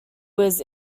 was